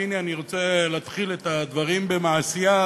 והנה, אני רוצה להתחיל את הדברים במעשייה